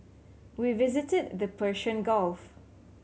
we visited the Persian Gulf